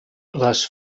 les